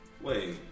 Wait